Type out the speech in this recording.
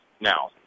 Now